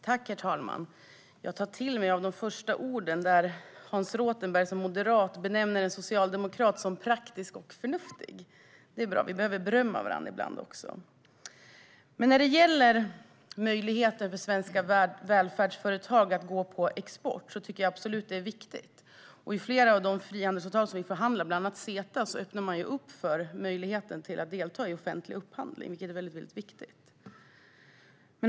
Herr talman! Jag tar till mig de första orden. Moderaten Hans Rothenberg benämnde en socialdemokrat som praktisk och förnuftig. Det är bra - vi behöver berömma varandra ibland också. När det gäller möjligheter för svenska välfärdsföretag att gå på export tycker jag absolut att det är viktigt. I flera av de frihandelsavtal vi förhandlar om, bland annat CETA, öppnar man upp för möjligheten att delta i offentlig upphandling, vilket är viktigt.